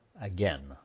again